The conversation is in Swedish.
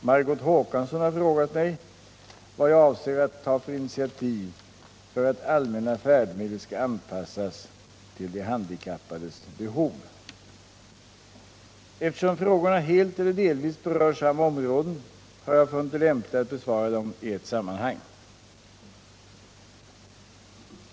Margot Håkansson har frågat mig vad jag avser att ta för initiativ för att allmänna färdmedel skall anpassas till de handikappades behov. förbättra kollektiv Eftersom frågorna helt eller delvis berör samma områden har jag funnit det lämpligt att besvara dem i ett sammanhang.